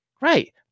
right